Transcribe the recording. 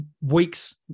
weeks